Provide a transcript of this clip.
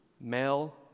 Male